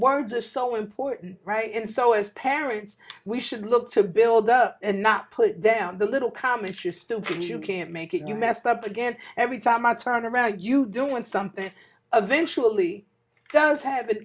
words are so important right and so as parents we should look to build up and not put down the little comments you're stupid you can't make it you messed up again every time i turn around you don't want something eventual only does have an